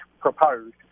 proposed